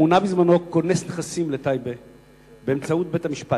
מונה בזמנו כונס נכסים לטייבה באמצעות בית-המשפט.